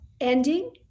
ending